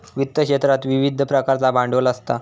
वित्त क्षेत्रात विविध प्रकारचा भांडवल असता